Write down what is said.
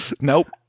Nope